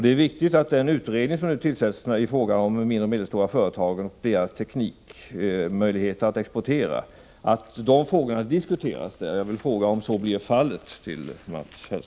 Det är viktigt att den utredning som nu tillsätts i fråga om de mindre och medelstora företagen och deras möjlighet att utnyttja teknik och att exportera tar upp de här embargofrågorna till diskussion. Jag vill fråga Mats Hellström om så blir fallet.